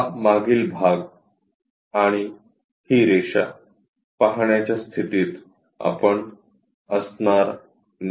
हा मागील भाग आणि ही रेषा पाहण्याच्या स्थितीत आपण असणार नाही